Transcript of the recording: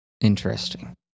Interesting